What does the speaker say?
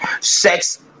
Sex